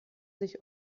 sich